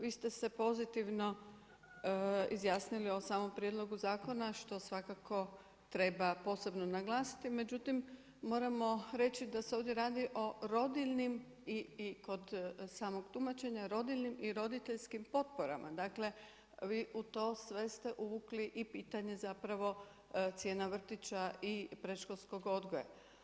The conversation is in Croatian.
Vi ste se pozitivno izjasnili o samom prijedlogu zakona, što svakako treba posebno naglasiti, međutim, moramo reći da se ovdje radi o rodiljnim i kod samog tumačenja, rodiljnim i roditeljskim potporama, dakle vi u to sve ste uvukli i pitanje zapravo cijena vrtića i predškolskog odgoja-